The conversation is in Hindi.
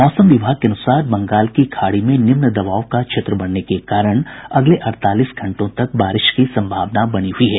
मौसम विभाग के अनुसार बंगाल की खाड़ी में निम्न दबाव का क्षेत्र बनने के कारण अगले अड़तालीस घंटों तक बारिश की सम्भावना बनी हुई है